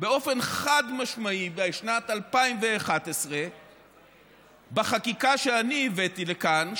באופן חד-משמעי בשנת 2011 בחקיקה שאני הבאתי לכאן,